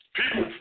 people